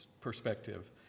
perspective